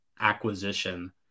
acquisition